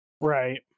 right